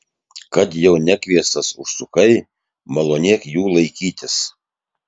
kad jau nekviestas užsukai malonėk jų laikytis